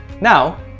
Now